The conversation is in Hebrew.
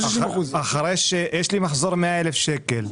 לא 60%. יש לי מחזור 100,000 שקל,